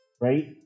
right